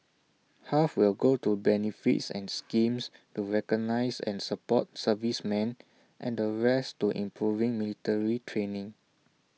half will go to benefits and schemes to recognise and support servicemen and the rest to improving military training